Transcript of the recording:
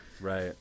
right